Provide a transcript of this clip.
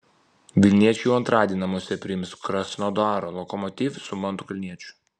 vilniečiai jau antradienį namuose priims krasnodaro lokomotiv su mantu kalniečiu